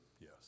Yes